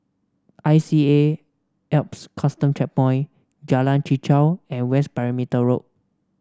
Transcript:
I C A Alps Custom Checkpoint Jalan Chichau and West Perimeter Road